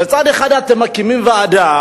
בצד אחד אתם מקימים ועדה